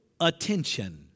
attention